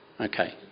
Okay